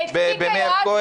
אז בלי סיסמאות.